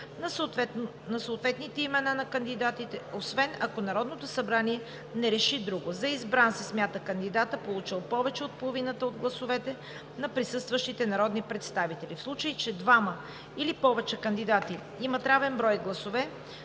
на съответните имена на кандидатите, освен ако Народното събрание не реши друго. 7. За избран се смята кандидатът, получил повече от половината от гласовете на присъстващите народни представители. 8. В случай че двама или повече кандидати имат равен брой гласове,